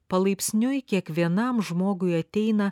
palaipsniui kiekvienam žmogui ateina